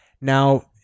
Now